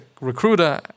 recruiter